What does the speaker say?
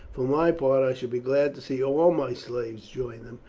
for my part, i should be glad to see all my slaves join them,